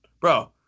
Bro